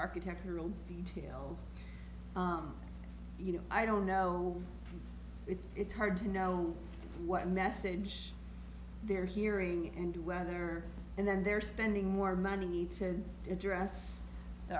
architectural detail you know i don't know if it's hard to know what message they're hearing and whether and then they're spending more money to address the